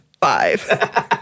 five